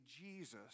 Jesus